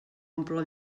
omple